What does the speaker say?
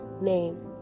name